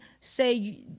say